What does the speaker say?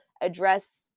address